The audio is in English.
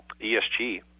ESG